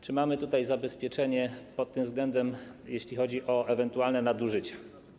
Czy mamy zabezpieczenie pod tym względem, jeśli chodzi o ewentualne nadużycia?